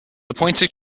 appointed